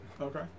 Okay